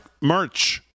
merch